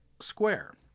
Square